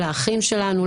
לאחים שלנו,